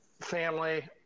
Family